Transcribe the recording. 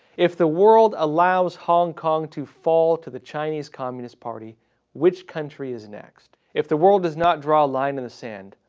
if the world allows hong kong to fall to the chinese communist party which country is next? if the world does not draw a line in the sand,